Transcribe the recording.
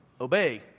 obey